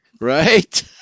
Right